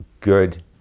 good